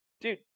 Dude